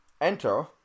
enter